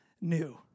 new